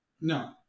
no